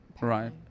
Right